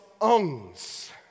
owns